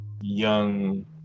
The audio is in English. young